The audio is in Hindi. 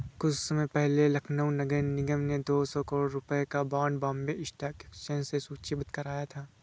कुछ समय पहले लखनऊ नगर निगम ने दो सौ करोड़ रुपयों का बॉन्ड बॉम्बे स्टॉक एक्सचेंज में सूचीबद्ध कराया था